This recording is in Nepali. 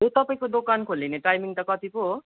ए तपाईको दोकान खोल्लिने टाइमिङ त कति पो हो